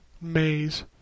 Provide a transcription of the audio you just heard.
Maze